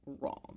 wrong